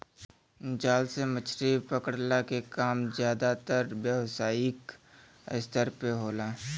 जाल से मछरी पकड़ला के काम जादातर व्यावसायिक स्तर पे होला